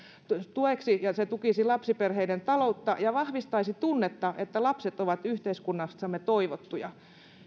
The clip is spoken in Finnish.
tueksi se tukisi lapsiperheiden taloutta ja vahvistaisi tunnetta että lapset ovat yhteiskunnassamme toivottuja